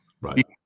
Right